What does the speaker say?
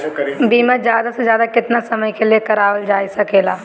बीमा ज्यादा से ज्यादा केतना समय के लिए करवायल जा सकेला?